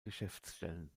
geschäftsstellen